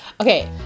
Okay